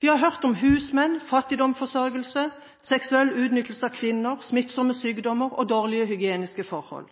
Vi har hørt om husmenn, fattigdomsforsørgelse, seksuell utnyttelse av kvinner, smittsomme sykdommer og dårlige hygieniske forhold.